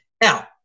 Now